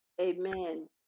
Amen